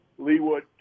Leewood